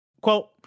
Quote